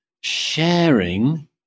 sharing